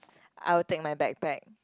I will take my backpack